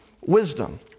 wisdom